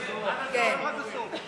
אפשר עד הסוף.